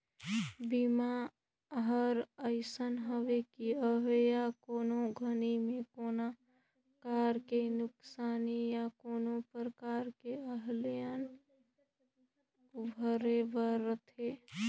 बीमा हर अइसने हवे कि अवइया कोनो घरी मे कोनो परकार के नुकसानी या कोनो परकार के अलहन ले उबरे बर रथे